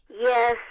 Yes